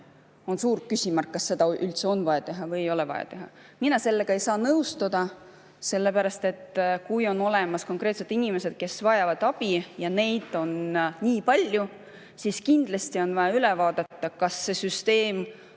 suur küsimärk, kas seda üldse on vaja teha või ei ole vaja teha. Mina ei saa sellega nõustuda, sellepärast et kui on olemas konkreetsed inimesed, kes vajavad abi, ja neid on nii palju, siis on kindlasti vaja üle vaadata, kas see süsteem